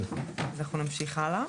אז אנחנו נמשיך הלאה.